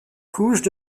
couches